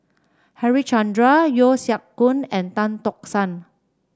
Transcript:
Harichandra Yeo Siak Goon and Tan Tock San